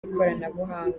ikoranabuhanga